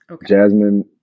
Jasmine